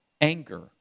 anger